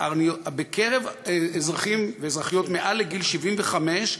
בקרב אזרחים ואזרחיות מעל גיל 75,